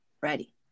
Ready